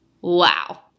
wow